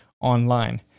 online